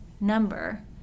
number